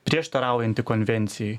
prieštaraujanti konvencijai